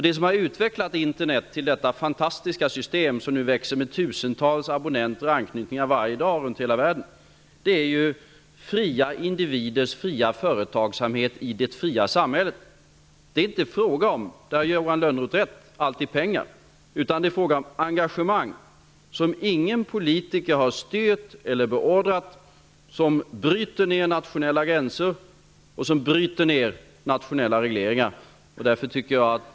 Det som har utvecklat Internet till detta fantastiska system, som nu växer med tusentals abonnenter och anknytningar varje dag runt hela världen, är fria individers fria företagsamhet i det fria samhället. Det är inte alltid fråga om pengar. Där har Johan Lönnroth rätt. Det är fråga om engagemang som ingen politiker har styrt eller beordrat, som bryter ner nationella gränser och nationella regleringar.